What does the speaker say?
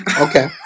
Okay